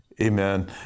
Amen